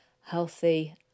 healthy